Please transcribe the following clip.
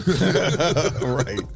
right